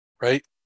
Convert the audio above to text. right